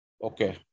Okay